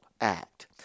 act